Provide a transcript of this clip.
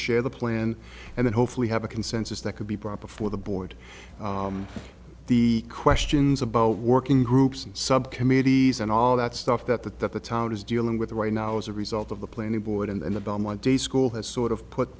share the plan and then hopefully have a consensus that could be brought before the board the questions about working groups and subcommittees and all that stuff that that that the town is dealing with right now as a result of the planning board and the belmont day school has sort of put